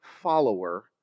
follower